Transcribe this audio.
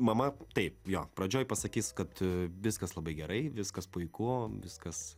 mama taip jo pradžioj pasakys kad viskas labai gerai viskas puiku viskas